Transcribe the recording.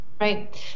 Right